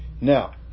Now